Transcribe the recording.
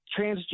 transgender